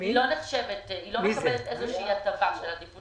היא לא מקבלת איזו הטבה של עדיפות